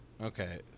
Okay